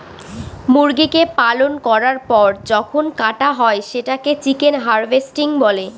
মুরগিকে পালন করার পর যখন কাটা হয় সেটাকে চিকেন হার্ভেস্টিং বলে